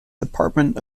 department